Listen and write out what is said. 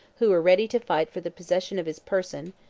who were ready to fight for the possession of his person,